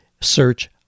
search